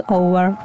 over